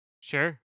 Sure